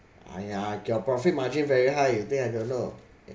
!aiya! your profit margin very high you think I don't know